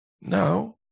now